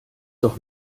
doch